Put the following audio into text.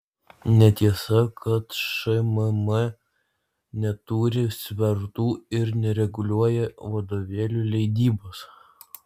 netiesa kad šmm neturi svertų ir nereguliuoja vadovėlių leidybos